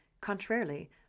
contrarily